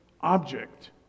object